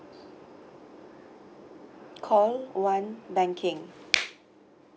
call one banking